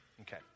Okay